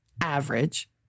average